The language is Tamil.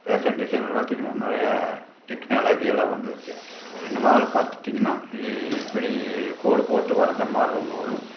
ஃபேஷன் டிசைன் பார்த்தீங்கன்னா நிறையா டெக்னாலஜி எல்லாம் வந்துடுச்சி சினிமாவில் பார்த்துட்டீங்கன்னா இ இப்படி கோடு போட்டு வரைஞ்ச மாதிரி ஒன்று வரும்